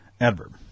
Adverb